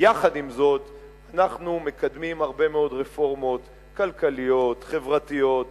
אנחנו מקדמים הרבה מאוד רפורמות כלכליות, חברתיות,